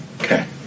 Okay